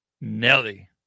Nelly